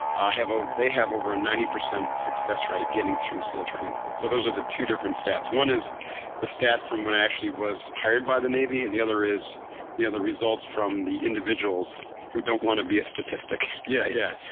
ah ah they have over a ninety percent success rate getting through seal training. so, those are the two different stats. one is the stat from when i actually was hired by the navy and the other is yeah the results from the individuals who don't want to be a statistic yeah, yeah.